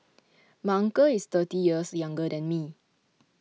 my uncle is thirty years younger than me